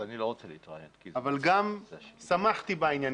אבל גם שמחתי בעניין,